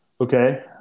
Okay